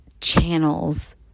channels